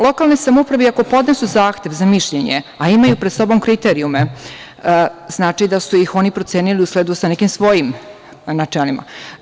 Lokalne samouprave iako podnesu zahtev za mišljenje, a imaju pred sobom kriterijume, znači da su ih oni procenili u skladu sa nekim svojim načelima.